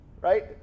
right